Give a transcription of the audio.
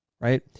right